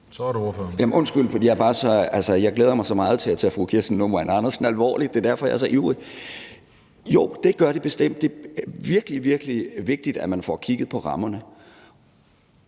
Undskyld, jeg glæder mig bare så meget til at tage fru Kirsten Normann Andersen alvorligt; det er derfor, jeg er så ivrig. Jo, det gør det bestemt. Det er virkelig, virkelig vigtigt, at man får kigget på rammerne.